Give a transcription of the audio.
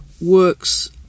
works